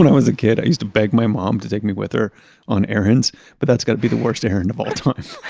was a kid i used to beg my mom to take me with her on errands but that's got to be the worst errand of all time.